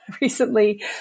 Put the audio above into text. recently